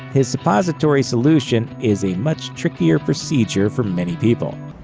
his suppository solution is a much trickier procedure for many people.